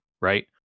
right